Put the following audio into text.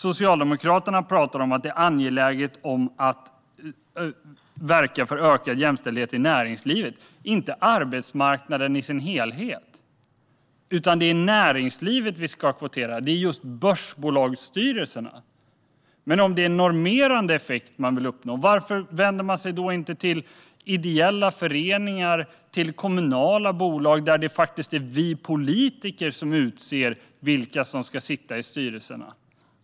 Socialdemokraterna pratar om att det är angeläget att verka för ökad jämställdhet i näringslivet, inte på arbetsmarknaden i dess helhet; det är inom näringslivet vi ska kvotera. Det gäller just börsbolagsstyrelserna. Men om det är en normerande effekt man vill uppnå, varför vänder man sig då inte till ideella föreningar och till kommunala bolag, där det faktiskt är vi politiker som utser vilka som ska sitta i styrelserna?